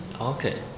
Okay